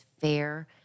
fair